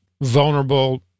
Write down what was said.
vulnerable